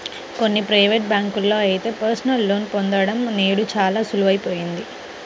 కొన్ని ప్రైవేటు బ్యాంకుల్లో అయితే పర్సనల్ లోన్ పొందడం నేడు చాలా సులువయిపోయింది